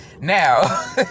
Now